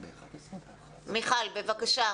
בבקשה.